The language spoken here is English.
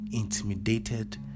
intimidated